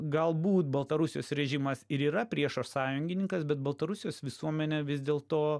galbūt baltarusijos režimas ir yra priešo sąjungininkas bet baltarusijos visuomenė vis dėlto